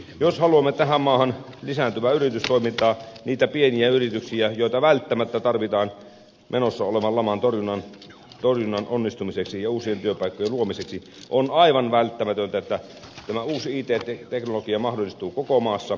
jos haluamme tähän maahan lisääntyvää yritystoimintaa niitä pieniä yrityksiä joita välttämättä tarvitaan menossa olevan laman torjunnan onnistumiseksi ja uusien työpaikkojen luomiseksi on aivan välttämätöntä että tämä uusi it teknologia mahdollistuu koko maassa